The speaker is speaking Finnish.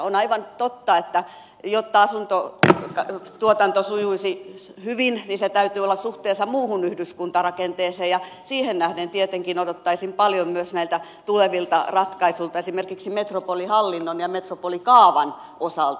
on aivan totta että jotta asuntotuotanto sujuisi hyvin niin sen täytyy olla suhteessa muuhun yhdyskuntarakenteeseen ja siihen nähden tietenkin odottaisin paljon myös näiltä tulevilta ratkaisuilta esimerkiksi metropolihallinnon ja metropolikaavan osalta